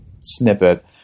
snippet